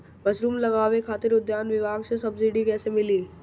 Mushroom लगावे खातिर उद्यान विभाग से सब्सिडी कैसे मिली?